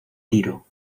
tiro